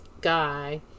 guy